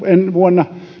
vuonna